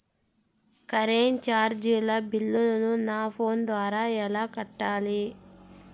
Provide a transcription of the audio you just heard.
Current చార్జీల బిల్లును, నా ఫోను ద్వారా ఎలా కట్టాలి?